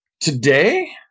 Today